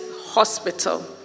hospital